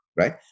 right